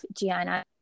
Gianna